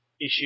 issue